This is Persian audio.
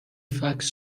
فکس